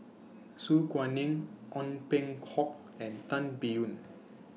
Su Guaning Ong Peng Hock and Tan Biyun